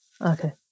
Okay